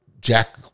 Jack